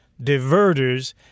Diverters